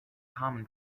common